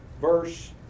verse